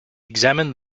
examined